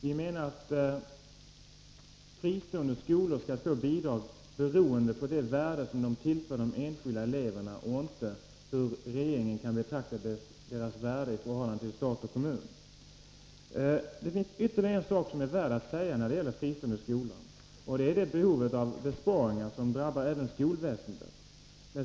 Vi menar att fristående skolor skall få bidrag beroende på det värde som de tillför de enskilda eleverna och inte beroende på hur regeringen kan betrakta deras värde i förhållande till stat och kommun. Det finns ytterligare något som är värt att nämna i samband med frågan om bidrag till fristående skolor, och det gäller hur behovet av besparingar även drabbar skolväsendet.